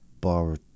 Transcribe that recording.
bar